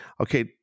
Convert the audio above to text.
okay